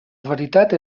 veritat